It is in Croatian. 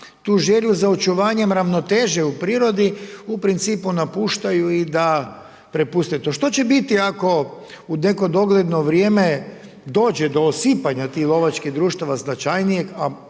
tu želju za očuvanjem ravnoteže u prirodi u principu napuštaju i da prepuste to. Što će biti ako u neko dogledno vrijeme dođe do osipanja tih lovačkih društava značajnijeg